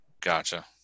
Gotcha